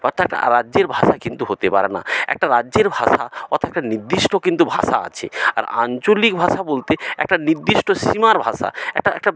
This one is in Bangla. অর্থাৎ রাজ্যের ভাষা কিন্তু হতে পারে না একটা রাজ্যের ভাষা অর্থাৎ একটা নির্দিষ্ট কিন্তু ভাষা আছে আর আঞ্চলিক ভাষা বলতে একটা নির্দিষ্ট সীমার ভাষা একটা একটা